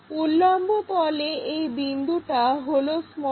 উল্লম্ব তলে এই বিন্দুটা হলো m